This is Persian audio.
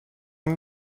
این